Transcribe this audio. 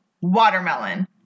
watermelon